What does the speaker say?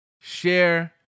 share